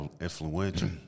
influential